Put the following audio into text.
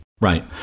Right